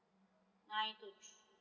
nine to tw~